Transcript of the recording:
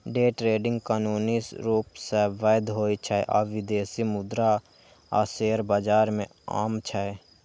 day trading कानूनी रूप सं वैध होइ छै आ विदेशी मुद्रा आ शेयर बाजार मे आम छै